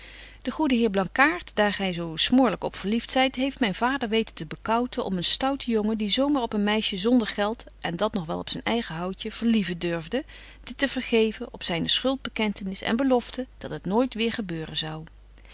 de goede heer blankaart daar gy zo smoorlyk op verlieft zyt heeft myn vader weten te bekouten om een stouten jongen die zo maar op een meisje zonder geld en dat nog wel op zyn eigen houtje verlieven durfde dit te vergeven op zyne schuld bekentenis en belofte dat het nooit weer gebeuren zou